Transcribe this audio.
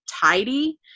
tidy